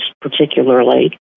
particularly